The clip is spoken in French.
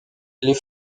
les